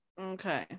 okay